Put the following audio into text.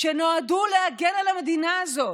תודה רבה, אדוני היושב-ראש.